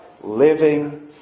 living